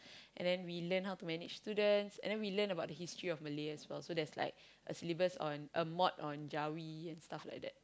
and then we learn how to manage students and then we learn about the history of Malay as well so there's like a syllabus a mod on Jawi and stuff like that